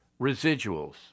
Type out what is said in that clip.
Residuals